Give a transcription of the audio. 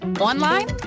online